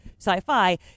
sci-fi